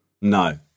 No